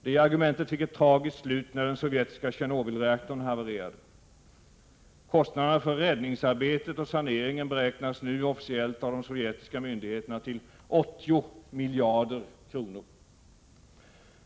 Det argumentet fick ett tragiskt slut när den sovjetiska Tjernobylreaktorn havererade. Kostnaderna för räddningsarbetet och saneringen beräknas nu officiellt av.de sovjetiska myndigheterna till 80 miljarder kronor.